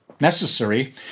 necessary